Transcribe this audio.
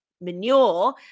manure